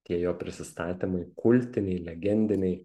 tie jo prisistatymai kultiniai legendiniai